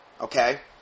Okay